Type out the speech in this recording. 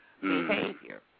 behavior